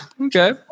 Okay